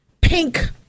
pink